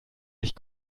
sich